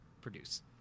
produce